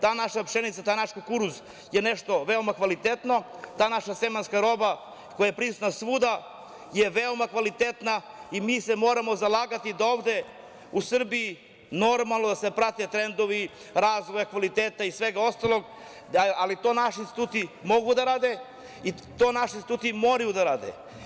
Ta naša pšenica, taj naš kukuruz je nešto veoma kvalitetno, ta naša semenska roba koja je prisutna svuda je veoma kvalitetna i mi se moramo zalagati da ovde u Srbiji normalno da se prate trendovi razvoja kvaliteta i svega ostalog, ali to naši instituti mogu da rade i to naši instituti moraju da rade.